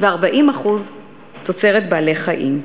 ו-40% תוצרת בעלי-חיים.